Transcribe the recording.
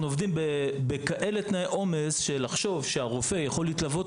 אנחנו עובדים בתנאי עומס כאלה שלחשוב שהרופא יכול להתלוות